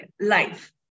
life